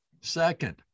Second